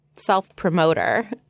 self-promoter